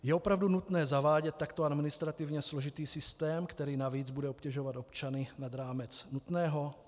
Je opravdu nutné zavádět takto administrativně složitý systém, který navíc bude obtěžovat občany, nad rámec nutného?